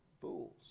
Fools